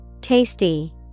Tasty